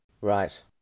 Right